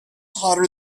hotter